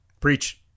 Preach